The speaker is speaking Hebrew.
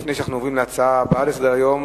לפני שאנחנו עוברים להצעה הבאה על סדר-היום,